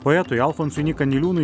poetui alfonsui nyka niliūnui